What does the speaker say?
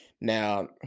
Now